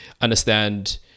understand